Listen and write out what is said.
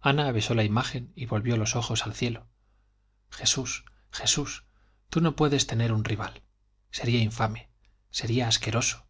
ana besó la imagen y volvió los ojos al cielo jesús jesús tú no puedes tener un rival sería infame sería asqueroso